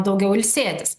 daugiau ilsėtis